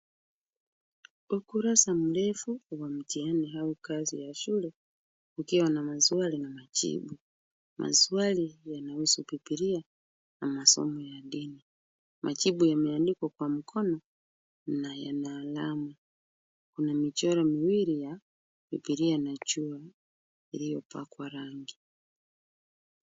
Ukurasa mrefu wa mtihani au kazi ya shule ikiwa na maswali na majibu. Maswali yanahusu Bibilia na masomo ya dini. Majibu yameandikwa kwa mkono na yana alama. Kuna michoro miwili ya Bibilia la chungwa iliyopakwa rangi.